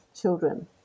children